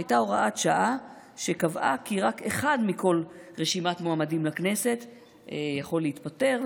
הייתה הוראת שעה שקבעה כי רק אחד מכל רשימת מועמדים לכנסת יכול להתפטר,